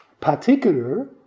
particular